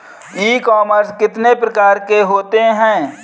E commerce कितने प्रकार के होते हैं?